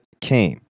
came